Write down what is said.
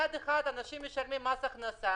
אנשים משלמים מס הכנסה